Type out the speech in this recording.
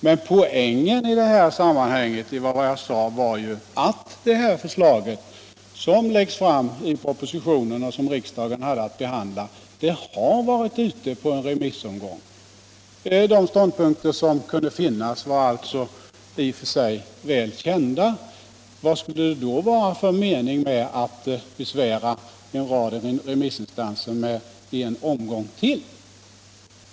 Men poängen i det jag sade var att det här förslaget, som läggs fram i propositionen och som riksdagen har att behandla, har varit ute på en remissomgång. De ståndpunkter som kunde finnas var alltså i och för sig väl kända. Vad skulle det då vara för mening i att besvära en rad remissinstanser med en omgång till?